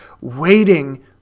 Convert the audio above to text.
waiting